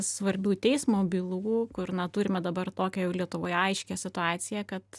svarbių teismo bylų kur na turime dabar tokią jau lietuvoje aiškią situaciją kad